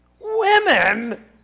Women